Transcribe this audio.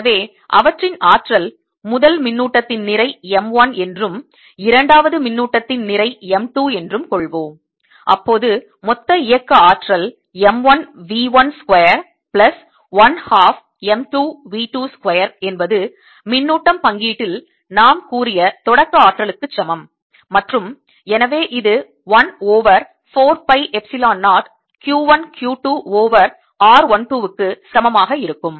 எனவே அவற்றின் ஆற்றல் முதல் மின்னூட்டத்தின் நிறை m 1 என்றும் இரண்டாவது மின்னூட்டத்தின் நிறை m 2 என்றும் கொள்வோம் அப்போது மொத்த இயக்க ஆற்றல் m 1 v 1 square plus 1 half m 2 v 2 square என்பது மின்னூட்டம் பங்கீட்டில் நாம் கூறிய தொடக்க ஆற்றலுக்குச் சமம் மற்றும் எனவே இது 1 over 4 pi epsilon 0 Q 1 Q 2 over r 1 2 க்கு சமமாக இருக்கும்